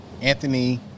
Anthony